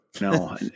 No